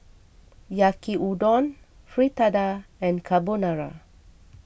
Yaki Udon Fritada and Carbonara